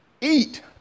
eat